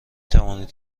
توانید